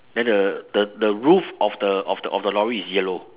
then the the the roof of the of the of the lorry is yellow